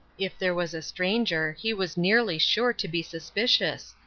if there was a stranger he was nearly sure to be suspicious,